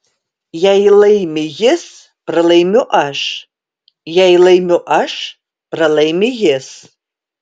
jei laimi jis pralaimiu aš jei laimiu aš pralaimi jis